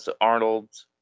Arnold